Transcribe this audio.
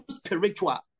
spiritual